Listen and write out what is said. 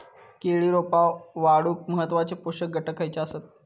केळी रोपा वाढूक महत्वाचे पोषक घटक खयचे आसत?